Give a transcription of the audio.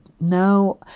no